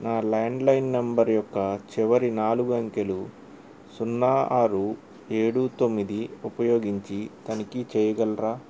నా landline number యొక్క చివరి నాలుగు అంకెలు సున్నా ఆరు ఏడు తొమ్మిది ఉపయోగించి తనిఖీ చేయగలరా